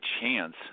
chance